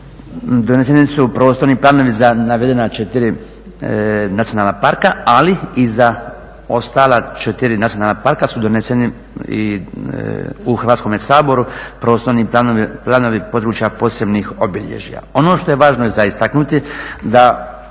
doneseni su prostorni planovi za navedena 4 nacionalna parka, ali i za ostala 4 nacionalna parka su doneseni i u Hrvatskome saboru prostorni planovi područja posebnih obilježja. Ono što je važno za istaknuti da